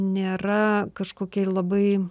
nėra kažkokia labai